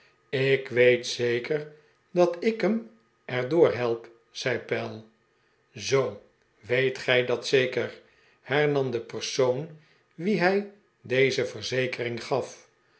ik weet zeker dat ik hem er door help zei pell zoo weet gij dat zeker hern am de persoon wien hij deze verzekering gaf